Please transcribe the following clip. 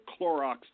Clorox